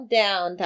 down